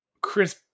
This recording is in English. Chris